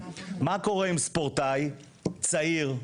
מה קורה אם ספורטאי צעיר,